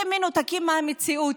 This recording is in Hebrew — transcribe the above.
אתם מנותקים מהמציאות.